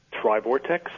Trivortex